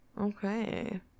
Okay